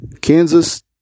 Kansas